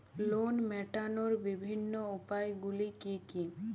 Loan মেটানোর বিভিন্ন উপায়গুলি কী কী?